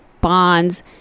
bonds